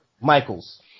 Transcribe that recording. Michaels